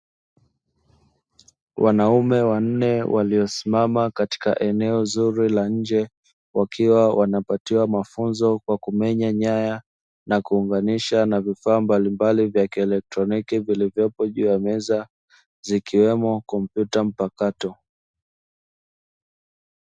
Wanaume wanne waliosimama katika eneo zuri la nje, wakiwa wanapatiwa mafunzo ya kumenya nyaya na kuunganishwa na vifaa mbalimbali vya kielektroniki, vilivyopo juu ya meza zikiwemo kompyuta mpakato.